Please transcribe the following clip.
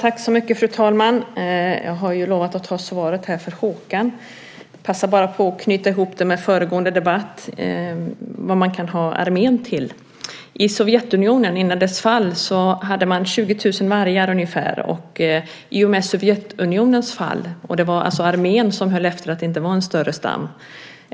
Fru talman! Jag har ju lovat att ta emot svaret för Håkans räkning. Jag passar bara på att knyta ihop med föregående debatt, frågan om vad man kan ha armén till. I Sovjetunionen, innan dess fall, hade man ungefär 20 000 vargar. Det var alltså armén som höll efter att det inte blev en större stam.